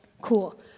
cool